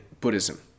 Buddhism